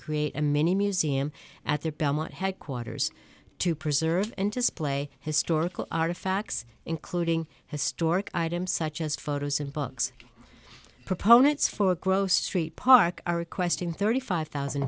create a mini museum at the belmont headquarters to preserve and display historical artifacts including historic items such as photos and books proponents for gross street park are requesting thirty five thousand